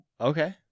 okay